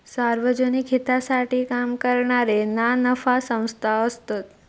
सार्वजनिक हितासाठी काम करणारे ना नफा संस्था असतत